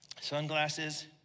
sunglasses